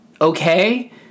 okay